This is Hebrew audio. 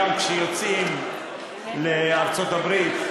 גם כשיוצאים לארצות-הברית,